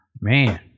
man